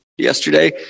yesterday